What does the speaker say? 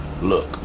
Look